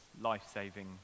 life-saving